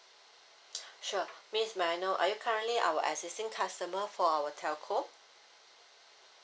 sure miss may I know are you currently our existing customer for our telco